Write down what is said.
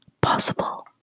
possible